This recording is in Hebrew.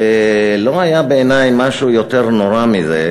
ולא היה בעיני משהו יותר נורא מזה.